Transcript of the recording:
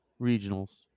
regionals